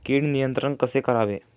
कीड नियंत्रण कसे करावे?